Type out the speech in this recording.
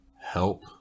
help